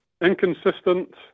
inconsistent